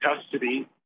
custody